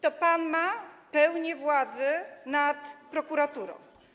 To pan ma pełnię władzy nad prokuraturą.